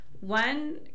one